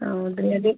ಹೌದು ರೀ ಅದೇ